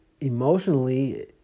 Emotionally